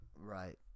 Right